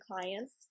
clients